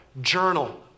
Journal